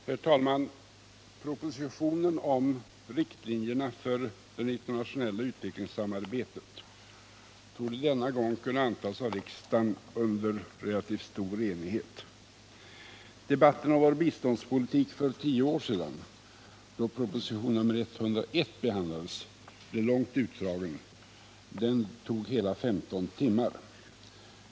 Herr talman! Propositionen om riktlinjerna för det internationella utvecklingssamarbetet torde denna gång kunna antas av riksdagen under relativt stor enighet. Debatten om vår biståndspolitik för tio år sedan då proposition nr 100 behandlades blev långt utdragen; den tog hela 15 timmar.